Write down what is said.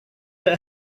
that